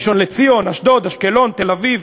ראשון-לציון, אשדוד, אשקלון, תל-אביב.